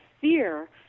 fear